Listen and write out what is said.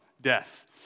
death